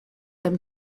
them